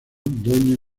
doña